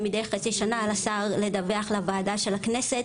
מידי חצי שנה על השר לדווח לוועדה של הכנסת